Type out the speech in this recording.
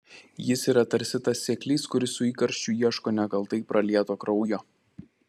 jis yra tarsi tas seklys kuris su įkarščiu ieško nekaltai pralieto kraujo